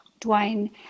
Dwayne